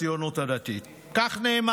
התנועה הליברלית בציונות הדתית, כך נאמר: